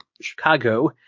Chicago